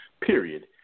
period